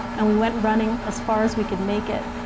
and we went running as far as we could make it,